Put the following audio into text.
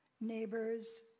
neighbors